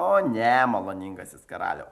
o ne maloningasis karaliau